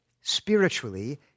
spiritually